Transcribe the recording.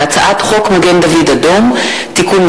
והצעת חוק מגן-דוד-אדום (תיקון